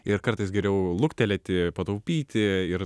ir kartais geriau luktelėti pataupyti ir